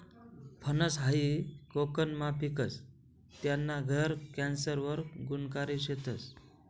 फनस हायी कोकनमा पिकस, त्याना गर कॅन्सर वर गुनकारी शेतस